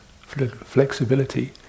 flexibility